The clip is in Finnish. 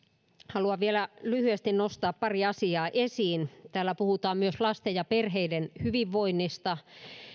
haluan vielä lyhyesti nostaa pari asiaa esiin täällä puhutaan myös lasten ja perheiden hyvinvoinnista